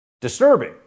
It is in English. disturbing